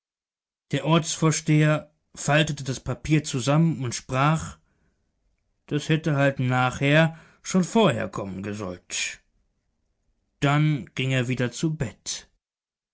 der ortsvorsteher faltete das papier zusammen und sprach das hätte halt nachher schon vorher kommen gesollt dann ging er wieder zu bett